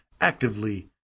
actively